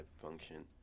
function